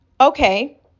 okay